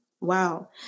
Wow